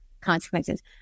consequences